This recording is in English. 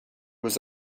was